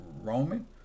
Roman